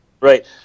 Right